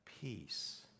peace